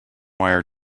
wire